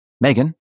Megan